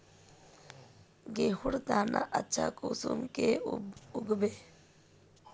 गेहूँर दाना अच्छा कुंसम के उगबे?